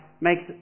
makes